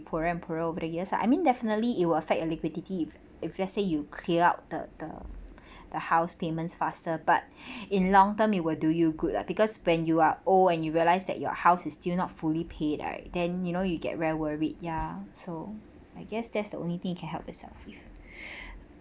poor and poorer over the years lah I mean definitely it would affect a liquidity if let's say you clear out the the the house payments faster but in long term you will do you good lah because when you are old and you realise that your house is still not fully paid right then you know you get very worried ya so I guess that's the only thing you can help yourself with